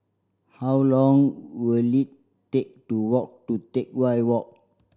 how long will it take to walk to Teck Whye Walk